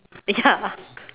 ya